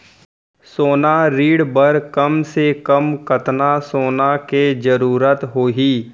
सोना ऋण बर कम से कम कतना सोना के जरूरत होही??